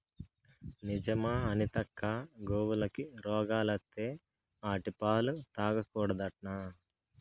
నిజమా అనితక్కా, గోవులకి రోగాలత్తే ఆటి పాలు తాగకూడదట్నా